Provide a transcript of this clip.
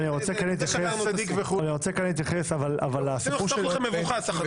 רצינו לחסוך לכם מבוכה.